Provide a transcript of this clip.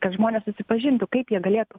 kad žmonės susipažintų kaip jie galėtų